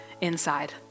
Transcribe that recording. inside